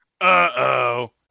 Uh-oh